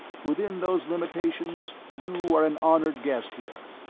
within those limitations, you are an honored guest here,